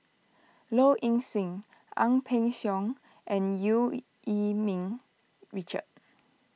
Low Ing Sing Ang Peng Siong and Eu Yee Ming Richard